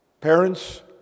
Parents